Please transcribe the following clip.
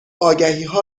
آگهیها